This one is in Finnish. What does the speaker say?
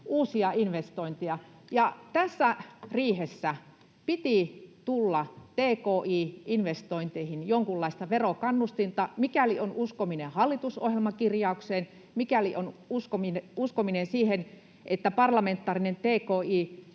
uusia investointeja, ja tässä riihessä piti tulla tki-investointeihin jonkunlaista verokannustinta, mikäli on uskominen hallitusohjelmakirjaukseen, mikäli on uskominen siihen, että parlamentaarinen